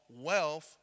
wealth